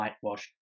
whitewash